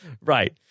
Right